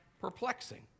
perplexing